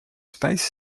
space